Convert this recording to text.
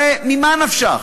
הרי ממה נפשך?